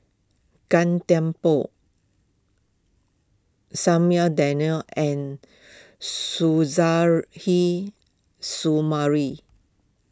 Gan Thiam Poh Samuel Dyer and Suzairhe Sumari